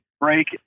break